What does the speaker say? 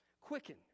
Quicken